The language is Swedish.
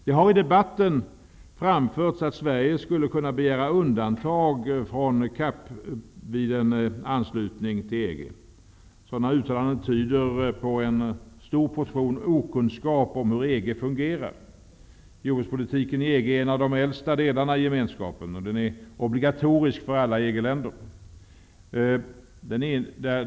Det har i debatten framförts att Sverige skulle kunna begära undantag från CAP vid en anslutning till EG. Sådana uttalanden tyder på en stor portion okunskap om hur EG fungerar. Jordbrukspolitiken i EG är en av de äldsta delarna i gemenskapen. Den är obligatorisk för alla EG länder.